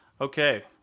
Okay